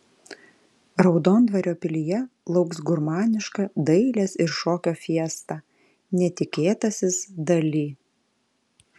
raudondvario pilyje lauks gurmaniška dailės ir šokio fiesta netikėtasis dali